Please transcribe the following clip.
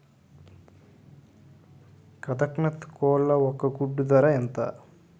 కదక్నత్ కోళ్ల ఒక గుడ్డు ధర ఎంత?